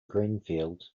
greenfield